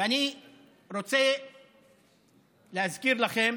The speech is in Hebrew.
ואני רוצה להזכיר לכם